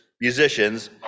musicians